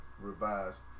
Revised